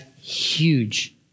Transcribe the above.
huge